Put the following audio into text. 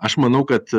aš manau kad